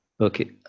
Okay